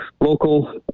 local